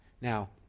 Now